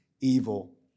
evil